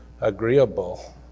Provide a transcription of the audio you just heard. agreeable